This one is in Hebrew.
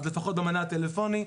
אז לפחות במענה הטלפוני.